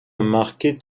marquet